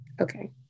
Okay